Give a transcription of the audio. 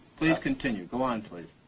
please continue. go on please.